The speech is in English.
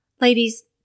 Ladies